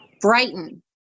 Brighton